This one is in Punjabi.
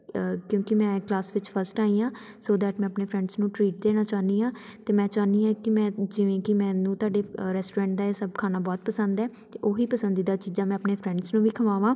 ਕਿਉਂਕਿ ਮੈਂ ਕਲਾਸ ਵਿੱਚ ਫਸਟ ਆਈ ਹਾਂ ਸੋ ਦੈਟ ਮੈਂ ਆਪਣੇ ਫਰੈਂਡਸ ਨੂੰ ਟ੍ਰੀਟ ਦੇਣਾ ਚਾਹੁੰਦੀ ਹਾਂ ਅਤੇ ਮੈਂ ਚਾਹੁੰਦੀ ਹਾਂ ਕਿ ਮੈਂ ਜਿਵੇਂ ਕਿ ਮੈਨੂੰ ਤੁਹਾਡੇ ਰੈਸਟੋਰੈਂਟ ਦਾ ਇਹ ਸਭ ਖਾਣਾ ਬਹੁਤ ਪਸੰਦ ਹੈ ਅਤੇ ਉਹ ਹੀ ਪਸੰਦੀਦਾ ਚੀਜ਼ਾਂ ਮੈਂ ਆਪਣੇ ਫਰੈਂਡਸ ਨੂੰ ਵੀ ਖਵਾਵਾਂ